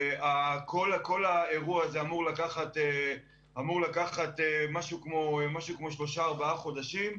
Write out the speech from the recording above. כל האירוע הזה אמור לקחת משהו כמו שלושה-ארבעה חודשים,